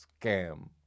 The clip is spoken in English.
scam